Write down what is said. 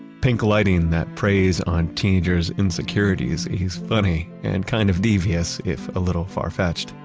pink lighting that preys on teenagers' insecurities is funny and kind of devious, if a little farfetched.